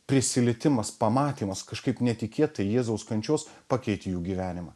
prisilietimas pamatymas kažkaip netikėtai jėzaus kančios pakeitė jų gyvenimą